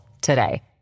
today